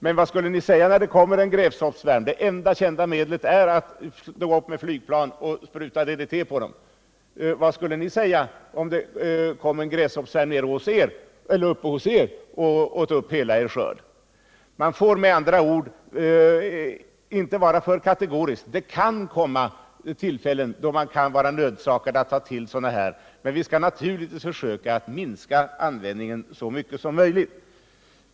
Men vad skulle ni göra om det kom en gräshoppssvärm och åt upp hela er skörd? Det enda kända medlet är att spruta DDT från flygplan.” Man får med andra ord inte vara för kategorisk. Det kan uppstå tillfällen då man blir nödsakad att ta till DDT. Men vi skall naturligtvis försöka minska användningen så mycket som möjligt.